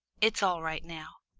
it is all right now,